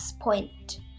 point